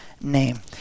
name